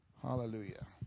Hallelujah